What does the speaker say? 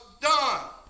done